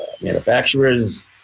manufacturers